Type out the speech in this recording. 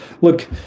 look